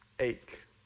ache